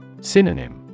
Synonym